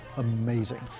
amazing